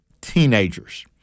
teenagers